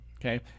okay